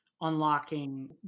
unlocking